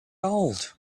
old